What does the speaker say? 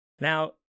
Now